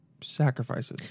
sacrifices